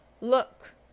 look